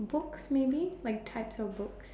book maybe like types of books